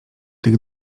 tych